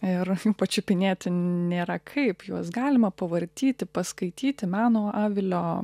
ir jų pačiupinėti nėra kaip juos galima pavartyti paskaityti meno avilio